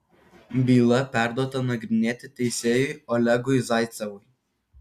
byla perduota nagrinėti teisėjui olegui zaicevui